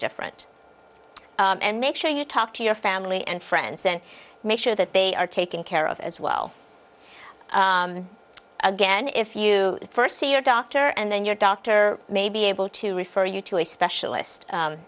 different and make sure you talk to your family and friends and make sure that they are taken care of as well again if you first see your doctor and then your doctor may be able to refer you to a specialist